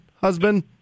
husband